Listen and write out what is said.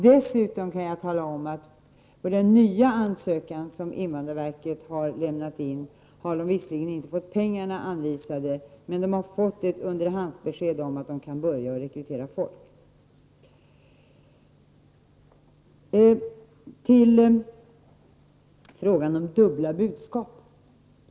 Dessutom kan jag tala om att det när det gäller invandrarverkets nya ansö kan visserligen inte har anvisats några pengar, men att man har fått ett underhandsbesked om att man kan börja rekrytera folk. Så till detta med dubbla budskap.